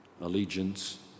allegiance